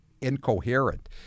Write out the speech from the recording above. incoherent